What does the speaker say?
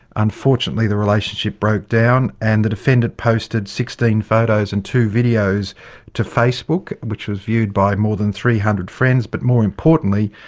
unfortunately the relationship broke down and the defendant posted sixteen photos and two videos to facebook, which was viewed by more than three hundred friends but, more importantly,